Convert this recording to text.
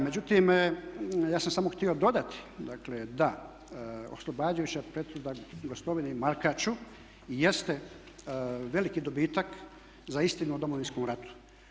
Međutim, ja sam samo htio dodati dakle da oslobađajuća presuda Gotovini i Markaču jeste veliki dobitak za istinu o Domovinskom ratu.